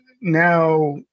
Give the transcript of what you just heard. now